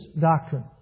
doctrine